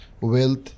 Wealth